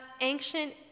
ancient